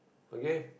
okay